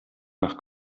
nach